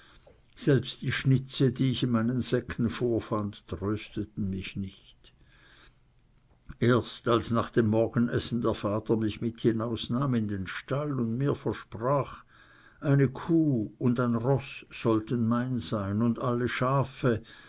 selbst die schnitze die ich in meinen säcken vorfand trösteten mich nicht erst als nach dem morgenessen der vater mich mit hinausnahm in den stall und mir versprach eine kuh und ein roß sollten mein sein und alle schafe